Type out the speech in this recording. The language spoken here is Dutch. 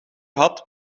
had